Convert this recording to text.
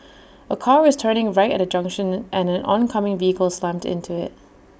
A car was turning right at A junction and an oncoming vehicle slammed into IT